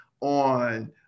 on